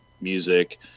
music